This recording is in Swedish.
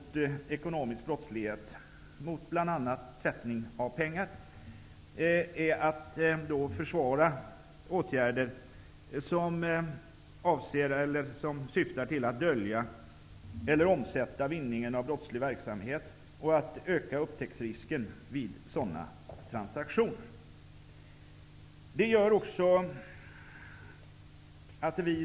tvättning av pengar, är att försvåra åtgärder som syftar till att dölja eller omsätta vinningen av brottslig verksamhet och att öka upptäcktsrisken vid sådana transaktioner.